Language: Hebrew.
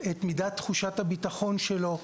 את מידת תחושת הבטחון שלו,